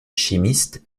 chimiste